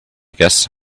guess